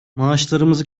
maaşlarımızı